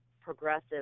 progressive